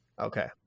Okay